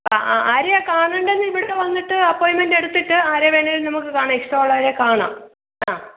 ആ ആരെയാണ് കാണണ്ടത് ഇവിടെ വന്നിട്ട് അപ്പോയിമെൻറ് എടുത്തിട്ട് ആരെ വേണമെങ്കിലും നമുക്ക് കാണാം ഇഷ്ടം ഉള്ളവരെ കാണാം